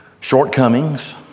Shortcomings